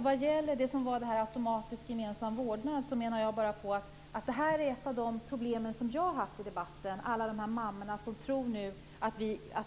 Fru talman! Ett av de problem som jag har haft i debatten har gällt begreppet automatisk gemensam vårdnad, alla de här mammorna som nu tror att